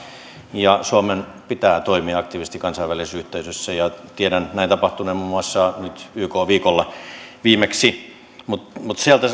ja suomen pitää toimia aktiivisesti kansainvälisessä yhteisössä ja tiedän näin tapahtuneen muun muassa nyt yk viikolla viimeksi mutta kestävä ratkaisu lähtee sieltä